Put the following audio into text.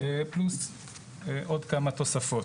פלוס עוד כמה תוספות.